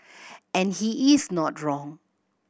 and he is not wrong